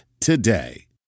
today